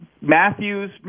Matthews